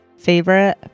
favorite